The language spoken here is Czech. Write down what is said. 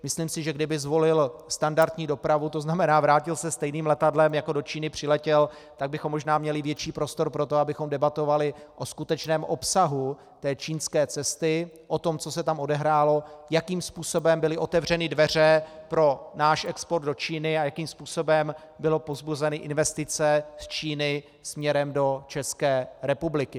Myslím si, že kdyby zvolil standardní dopravu, to znamená vrátil se stejným letadlem, jako do Číny přiletěl, tak bychom možná měli větší prostor pro to, abychom debatovali o skutečném obsahu čínské cesty, o tom, co se tam odehrálo, jakým způsobem byly otevřeny dveře pro náš export do Číny a jakým způsobem byly povzbuzeny investice z Číny směrem do České republiky.